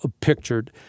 pictured